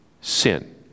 sin